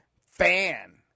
fan